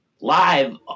live